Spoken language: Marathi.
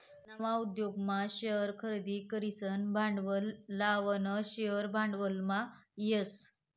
नवा उद्योगमा शेअर खरेदी करीसन भांडवल लावानं शेअर भांडवलमा येस